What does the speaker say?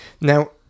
Now